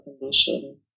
condition